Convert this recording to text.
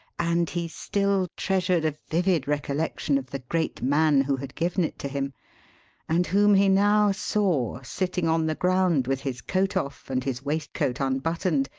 and he still treasured a vivid recollection of the great man who had given it to him and whom he now saw sitting on the ground with his coat off and his waistcoat unbuttoned,